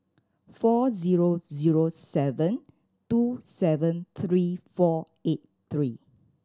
four zero zero seven two seven three four eight three